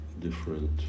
different